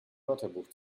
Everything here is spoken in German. wörterbuch